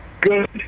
Good